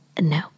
No